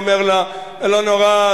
הוא אומר לה: לא נורא,